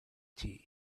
tea